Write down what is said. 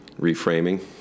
Reframing